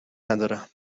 ندارم